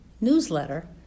newsletter